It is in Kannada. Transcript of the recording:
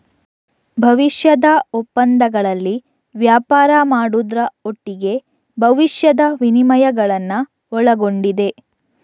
ಭವಿಷ್ಯದ ಒಪ್ಪಂದಗಳಲ್ಲಿ ವ್ಯಾಪಾರ ಮಾಡುದ್ರ ಒಟ್ಟಿಗೆ ಭವಿಷ್ಯದ ವಿನಿಮಯಗಳನ್ನ ಒಳಗೊಂಡಿದೆ